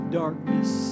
darkness